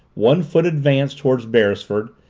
one foot advanced toward beresford,